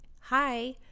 hi